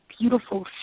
beautiful